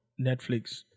Netflix